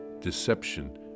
deception